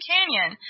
Canyon